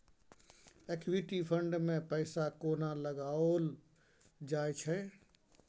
Equity fund मे पैसा कोना लगाओल जाय छै?